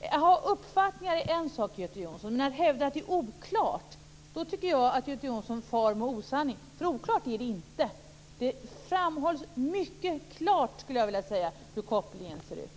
Att ha uppfattningar är en sak, Göte Jonsson, men att hävda att det är oklart är att fara med osanning. Det är inte oklart. Det framhålls mycket klart hur kopplingen ser ut.